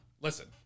Listen